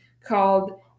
called